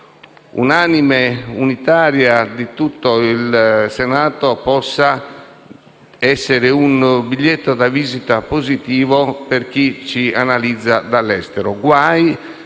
unanime e unitaria di tutto il Senato possa costituire un biglietto da visita positivo per chi ci analizza dall'estero.